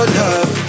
love